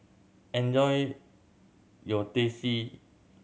enjoy your Teh C